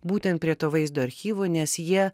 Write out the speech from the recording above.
būtent prie to vaizdo archyvo nes jie